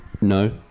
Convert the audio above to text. no